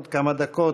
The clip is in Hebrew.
בעוד כמה דקות,